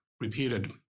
repeated